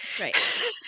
Right